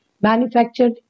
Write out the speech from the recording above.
manufactured